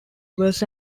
was